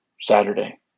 Saturday